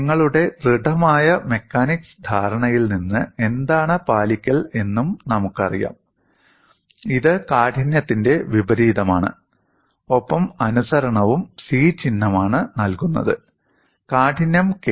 നിങ്ങളുടെ ദൃഢമായ മെക്കാനിക്സ് ധാരണയിൽ നിന്ന് എന്താണ് പാലിക്കൽ എന്നും നമുക്കറിയാം ഇത് കാഠിന്യത്തിന്റെ വിപരീതമാണ് ഒപ്പം അനുസരണവും C ചിഹ്നമാണ് നൽകുന്നത് കാഠിന്യം k